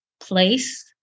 place